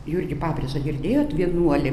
jurgį pabrėžą girdėjot vienuolį